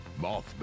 Mothman